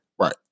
right